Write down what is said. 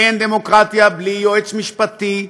אין דמוקרטיה בלי יועץ משפטי,